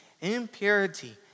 impurity